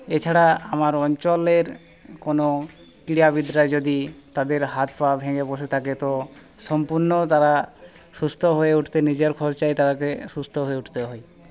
এছাড়া আমার অঞ্চলের কোনো ক্রীড়াবিদরা যদি তাদের হাত পা ভেঙে বসে থাকে তো সম্পূর্ণ তারা সুস্থ হয়ে উঠতে নিজের খরচায় সুস্থ হয়ে উঠতে হয়